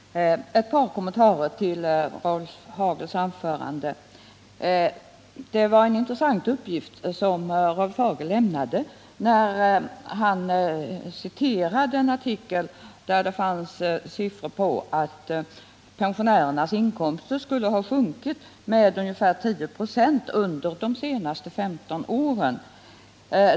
Herr talman! Ett par kommentarer till Rolf Hagels anförande: Det var en intressant uppgift som Rolf Hagel lämnade när han citerade en artikel där det fanns siffror på att pensionärernas inkomster under de senaste 15 åren hade sjunkit med ungefär 10 96.